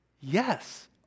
Yes